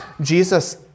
Jesus